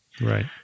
Right